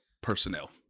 personnel